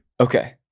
Okay